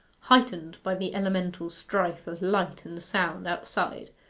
heightened by the elemental strife of light and sound outside,